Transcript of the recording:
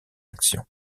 action